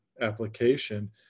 application